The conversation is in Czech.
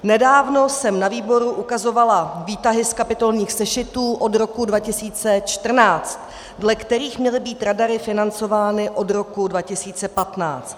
Nedávno jsem na výboru ukazovala výtahy z kapitolních sešitů od roku 2014, dle kterých měly být radary financovány od roku 2015.